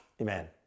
Amen